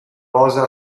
posa